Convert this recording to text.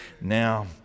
Now